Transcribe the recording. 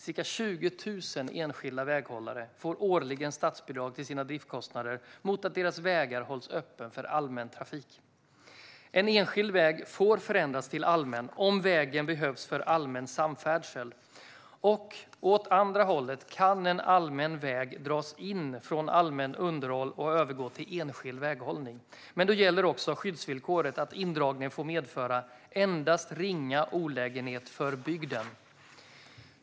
Ca 20 000 enskilda väghållare får årligen statsbidrag till sina driftskostnader mot att deras vägar hålls öppna för allmän trafik. En enskild väg får förändras till allmän om vägen behövs för allmän samfärdsel. Åt andra hållet kan en allmän väg dras in från allmänt underhåll och övergå till enskild väghållning, men då gäller skyddsvillkoret att indragningen får medföra "endast ringa olägenhet för bygden".